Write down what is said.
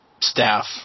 staff